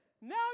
Now